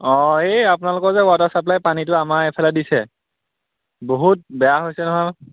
অঁ এই আপোনালোকৰ যে ৱাটাৰ ছাপ্লাই পানীটো আমাৰ এইফালে দিছে বহুত বেয়া হৈছে নহ